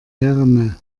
herne